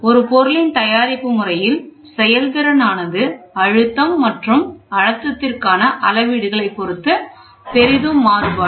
ஒரு பொருளின் தயாரிப்பு முறையில் செயல்திறன் ஆனது அழுத்தம் மற்றும் அழுத்தத்திற்கான அளவீடுகளை பொறுத்து பெரிதும் மாறுபடும்